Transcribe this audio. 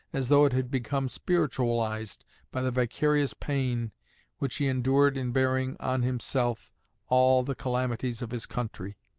as though it had become spiritualized by the vicarious pain which he endured in bearing on himself all the calamities of his country.